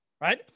right